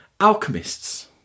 alchemists